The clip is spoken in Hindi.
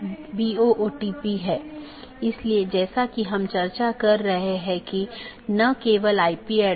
यह एक शब्दावली है या AS पाथ सूची की एक अवधारणा है